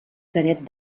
canet